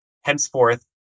henceforth